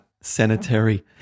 sanitary